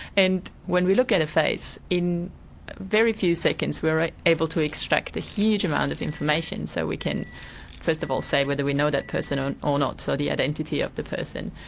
and when we look at a face, in very few seconds we are ah able to extract a huge amount of information, so we can first of all say whether we know that person or not. so the identity of the person,